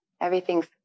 Everything's